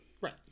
Right